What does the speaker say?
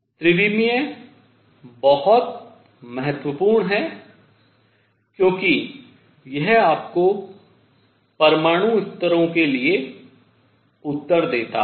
त्रिविमीय बहुत महत्वपूर्ण है क्योंकि यह आपको परमाणु स्तरों के लिए उत्तर देता है